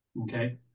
okay